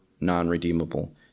non-redeemable